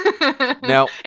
Now